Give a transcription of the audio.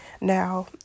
Now